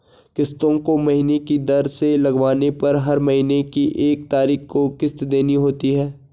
किस्तों को महीने की दर से लगवाने पर हर महीने की एक तारीख को किस्त देनी होती है